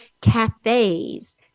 cafes